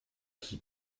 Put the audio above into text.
qui